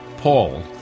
Paul